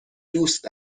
دوست